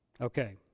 Okay